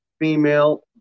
female